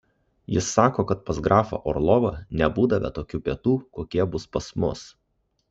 jis sako kad pas grafą orlovą nebūdavę tokių pietų kokie bus pas mus